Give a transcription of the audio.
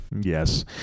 Yes